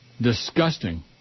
Disgusting